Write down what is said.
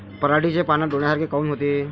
पराटीचे पानं डोन्यासारखे काऊन होते?